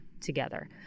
together